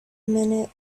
minute